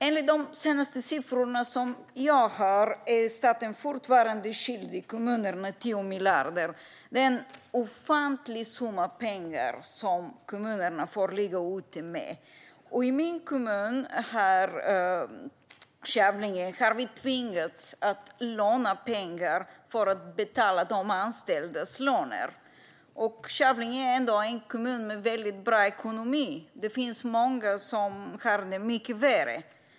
Enligt de senaste siffrorna som jag har är staten fortfarande skyldig kommunerna 10 miljarder. Det är en ofantlig summa pengar som kommunerna får ligga ute med. I min kommun, Kävlinge, har vi tvingats låna pengar för att betala de anställdas löner. Kävlinge är ändå en kommun med väldigt bra ekonomi. Det finns många som har det mycket värre.